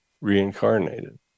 reincarnated